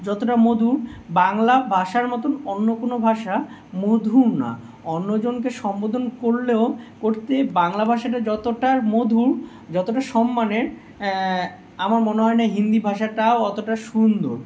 যতটা মধুর বাংলা ভাষার মতন অন্য কোনো ভাষা মধুর না অন্য জনকে সম্বোধন করলেও করতে বাংলা ভাষাটা যতটার মধুর যতটা সম্মানের আমার মনে হয় না হিন্দি ভাষাটাও অতটা সুন্দর